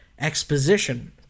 Exposition